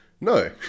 No